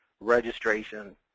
registration